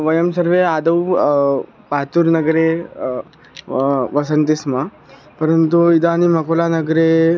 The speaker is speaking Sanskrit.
वयं सर्वे आदौ पातूर् नगरे वसन्ति स्म परन्तु इदानीम् अकोलानगरे